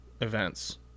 events